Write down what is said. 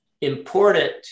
important